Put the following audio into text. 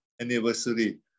anniversary